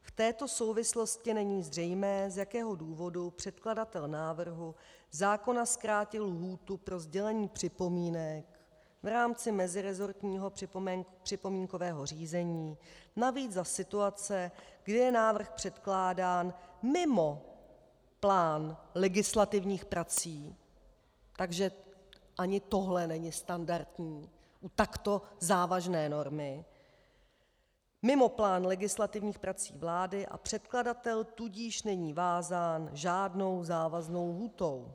V této souvislosti není zřejmé, z jakého důvodu předkladatel návrhu zákona zkrátil lhůtu pro sdělení připomínek v rámci meziresortního připomínkového řízení, navíc za situace, kdy je návrh předkládán mimo plán legislativních prací takže ani tohle není standardní u takto závažné normy mimo plán legislativních prací vlády, a předkladatel tudíž není vázán žádnou závaznou lhůtou.